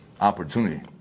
opportunity